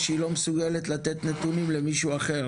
שהיא לא מסוגלת לתת נתונים למישהו אחר,